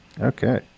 Okay